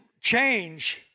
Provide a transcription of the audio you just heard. change